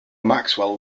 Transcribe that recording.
maxwell